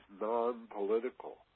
non-political